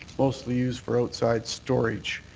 mostly used for outside storage.